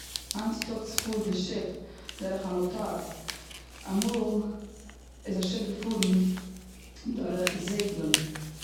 היינט צוטאגס פארט די שיף דורך א מאטאר. אמאל איז א שיף געפארן דורך די זעגלען.